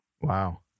wow